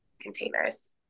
containers